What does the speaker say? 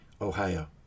Ohio